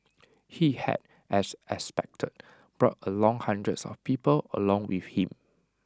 he had as expected brought along hundreds of people along with him